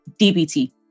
DBT